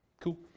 Cool